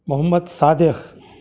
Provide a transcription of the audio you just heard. Mohammed Sadiq